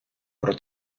про